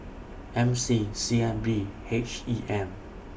M C C N B H E M